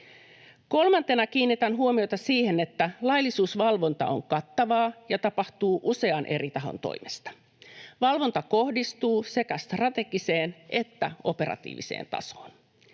Kolmantena kiinnitän huomiota siihen, että laillisuusvalvonta on kattavaa ja tapahtuu usean eri tahon toimesta. Valvonta kohdistuu sekä strategiseen että operatiiviseen tasoon.